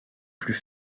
plus